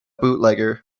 bootlegger